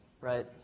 Right